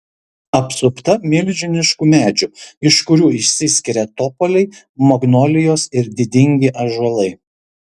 apsupta milžiniškų medžių iš kurių išsiskiria topoliai magnolijos ir didingi ąžuolai